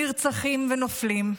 נרצחים ונופלים,